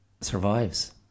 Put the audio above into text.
survives